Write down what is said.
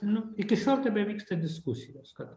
nu iki šiol tebevyksta diskusijos kad